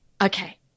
Okay